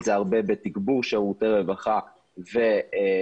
זה הרבה בתגבור שירותי רווחה ובחינוך,